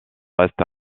reste